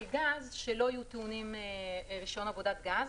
גז שלא יהיו טעונים רישיון עבודת גז.